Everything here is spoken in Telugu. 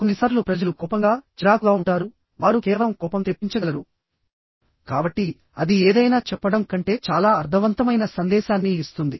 కొన్నిసార్లు ప్రజలు కోపంగా చిరాకుగా ఉంటారు వారు కేవలం కోపం తెప్పించగలరు కాబట్టి అది ఏదైనా చెప్పడం కంటే చాలా అర్థవంతమైన సందేశాన్ని ఇస్తుంది